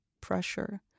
Pressure